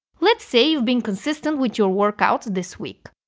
let's say you've been consistent with your workouts this week.